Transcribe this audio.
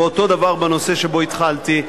ואותו דבר בנושא שבו התחלתי.